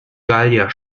gallier